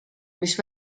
mis